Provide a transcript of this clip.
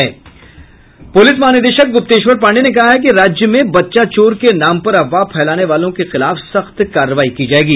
police महानिदेशक गुप्तेश्वर पांडेय ने कहा है कि राज्य में बच्चा चोर के नाम पर अफवाह फैलाने वालों के खिलाफ सख्त कार्रवाई की जायेगी